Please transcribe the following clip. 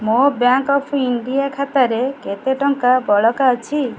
ମୋ Bank of India ଖାତାରେ କେତେ ଟଙ୍କା ବଳକା ଅଛି